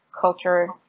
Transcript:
culture